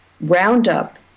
Roundup